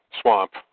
swamp